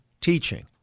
Teaching